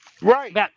Right